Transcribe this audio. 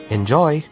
Enjoy